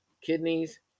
kidneys